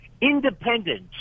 Independence